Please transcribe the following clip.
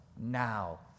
now